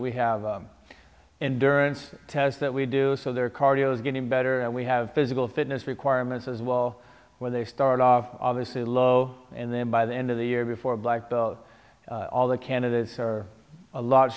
we have in durance test that we do so they're cardio is getting better and we have physical fitness requirements as well where they start off obviously low and then by the end of the year before black belt all the candidates are a lot